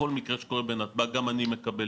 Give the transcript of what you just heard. כל מקרה שקורה בנתב"ג גם אני מקבל